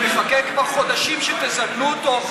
מחכה כבר חודשים שתזמנו אותו לדיון.